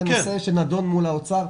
זה נושא שנדון מול האוצר,